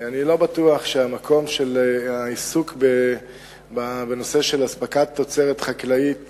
אני לא בטוח שמקום העיסוק בנושא של אספקת תוצרת חקלאית